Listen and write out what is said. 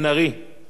אינו נמצא,